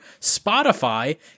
Spotify